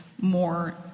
more